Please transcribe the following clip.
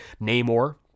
Namor